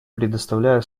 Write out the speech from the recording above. предоставляю